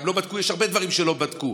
יש הרבה דברים שלא בדקו.